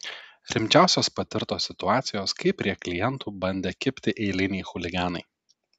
rimčiausios patirtos situacijos kai prie klientų bandė kibti eiliniai chuliganai